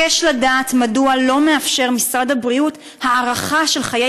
מדוע לא מאפשר משרד הבריאות הארכה של חיי